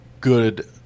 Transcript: good